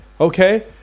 Okay